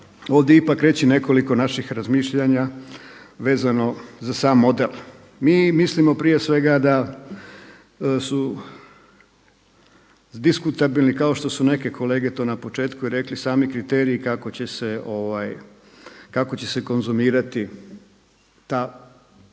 ovdje ipak reći nekoliko naših razmišljanja vezano za sam model. Mi mislimo prije svega da su diskutabilni kao što su neke kolege to na početku i rekli, sami kriteriji kako će se konzumirati ta